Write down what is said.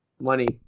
Money